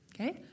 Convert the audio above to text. okay